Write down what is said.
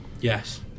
Yes